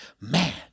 Man